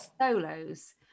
Solos